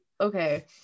okay